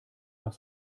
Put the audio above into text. nach